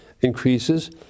increases